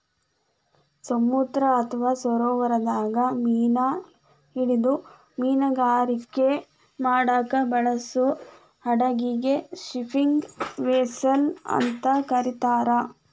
ಸಮುದ್ರ ಅತ್ವಾ ಸರೋವರದಾಗ ಮೇನಾ ಹಿಡಿದು ಮೇನುಗಾರಿಕೆ ಮಾಡಾಕ ಬಳಸೋ ಹಡಗಿಗೆ ಫಿಶಿಂಗ್ ವೆಸೆಲ್ಸ್ ಅಂತ ಕರೇತಾರ